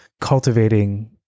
cultivating